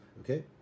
okay